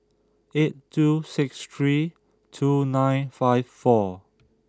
eight two six three two nine five four